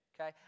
okay